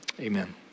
amen